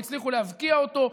והצליחו להבקיע אותו,